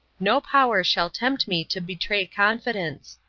no power shall tempt me to betray confidence.